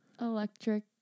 Electric